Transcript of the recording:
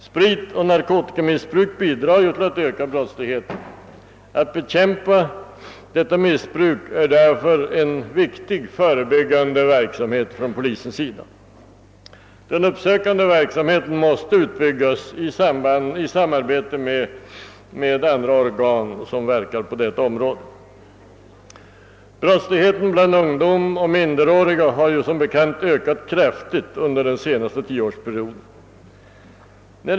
Spritoch narkotikamissbruk bidrar till att öka brottsligheten. Att bekämpa detta missbruk är därför en väsentlig förebyggande verksamhet från polisens sida. Den uppsökande verksamheten måste utbyggas i samarbete med :andra organ som verkar på detta område. Brottsligheten bland ungdom och minderåriga har som bekant ökat kraftigt under den senaste tioårsperioden.